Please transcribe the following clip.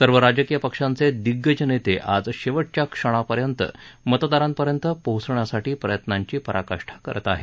सर्व राजकीय पक्षांचे दिग्गज नेते आज शेवटच्या क्षणापर्यंत मतदारांपर्यंत पोहोचण्यासाठी प्रयत्नांची पराकाठा करत आहेत